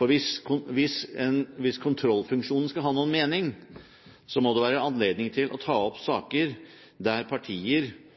for hvis kontrollfunksjonen skal ha noen mening, må det være anledning til å ta opp saker der